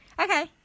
Okay